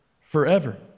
forever